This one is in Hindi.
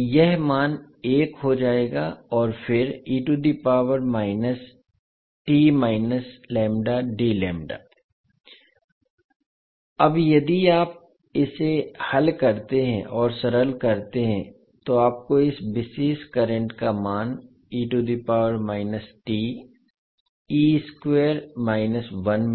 यह मान एक हो जाएगा और फिर अब यदि आप इसे हल करते हैं और सरल करते हैं तो आपको इस विशेष करंट का मान